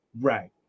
Right